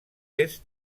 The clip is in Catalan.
est